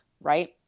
right